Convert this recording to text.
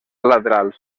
laterals